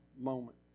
moment